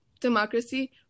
democracy